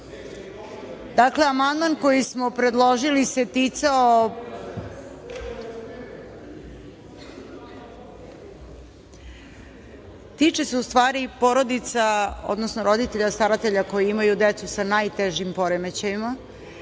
poklon. Dakle, amandman koji smo predložili se tiče porodica, odnosno roditelja-staratelja koji imaju decu sa najtežim poremećajima.